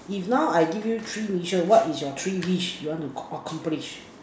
if now I give you three wishes what is your three wish you want to accomplish